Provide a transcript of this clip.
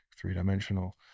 three-dimensional